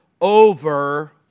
over